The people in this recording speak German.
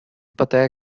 partei